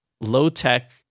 low-tech